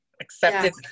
accepted